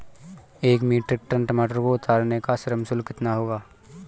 एक metric tonne टमाटर को उतारने का श्रम शुल्क कितना होगा?